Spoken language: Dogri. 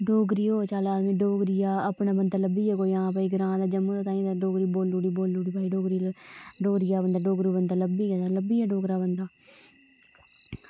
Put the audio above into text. डोगरी होऐ ते चलो आदमी डोगरी दा कोई अपने ग्रांऽ दा बंदा लब्भग ते डोगरी बोली ओड़ी ते बोली ओड़ी तां डोगरा बंदा लब्भिया ते लब्भी हां बंदा